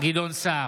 גדעון סער,